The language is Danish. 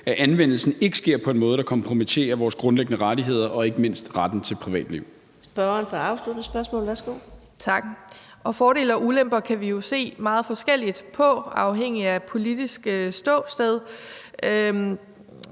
at anvendelsen ikke sker på en måde, der kompromitterer vores grundlæggende rettigheder og ikke mindst retten til privatliv.